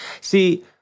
see